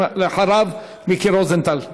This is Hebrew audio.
ואחריו, מיקי רוזנטל.